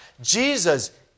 Jesus